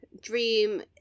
dream